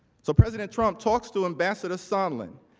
so president trump talks to ambassador sondland.